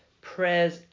prayers